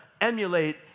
emulate